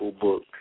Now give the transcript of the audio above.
book